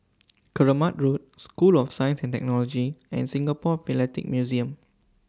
Keramat Road School of Science and Technology and Singapore Philatelic Museum